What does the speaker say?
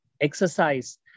exercise